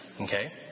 Okay